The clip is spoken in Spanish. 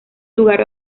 lugar